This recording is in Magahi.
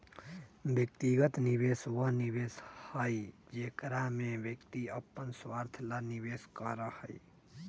व्यक्तिगत निवेश वह निवेश हई जेकरा में व्यक्ति अपन स्वार्थ ला निवेश करा हई